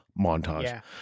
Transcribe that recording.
montage